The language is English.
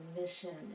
mission